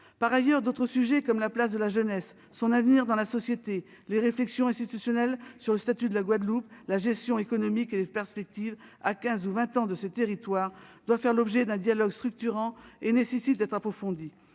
Par ailleurs, d'autres sujets, comme la place de la jeunesse et son avenir dans la société ou les réflexions institutionnelles sur le statut de la Guadeloupe et la gestion économique, ainsi que les perspectives à quinze ans ou vingt ans de ces territoires, doivent faire l'objet d'un dialogue structurant. Ces sujets nécessitent d'être approfondis.